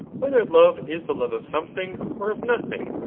whether love is the love of something or of nothing?